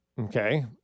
Okay